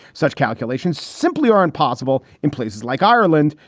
such calculations simply aren't possible in places like ireland,